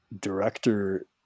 director